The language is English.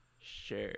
Sure